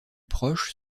proches